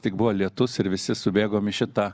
tik buvo lietus ir visi subėgom į šitą